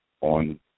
on